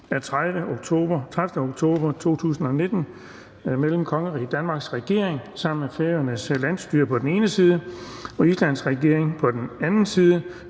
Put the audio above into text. af 30. oktober 2019 mellem Kongeriget Danmarks regering sammen med Færøernes landsstyre på den ene side og Norges regering på den anden side